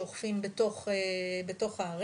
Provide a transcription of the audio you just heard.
שאוכפים בתוך הערים,